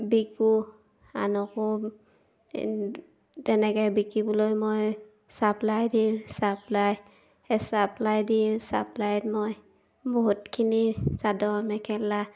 বিকোঁ আনকো তেনেকৈ বিকিবলৈ মই চাপ্লাই দি চাপ্লাই চাপ্লাই দি চাপ্লাইত মই বহুতখিনি চাদৰ মেখেলা